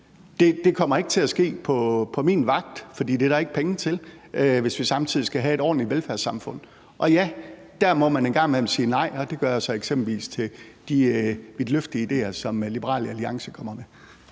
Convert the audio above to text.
ikke kommer til at ske på min vagt, for det er der ikke penge til, hvis vi samtidig skal have et ordentligt velfærdssamfund. Og ja, der må man en gang imellem sige nej, og det gør jeg så eksempelvis til de vidtløftige idéer, som Liberal Alliance kommer med.